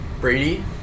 Brady